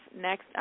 next